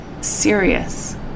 serious